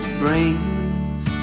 brings